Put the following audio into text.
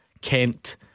Kent